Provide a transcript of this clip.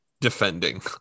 defending